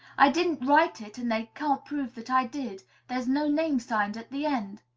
i didn't write it and they can't prove that i did there's no name signed at the end.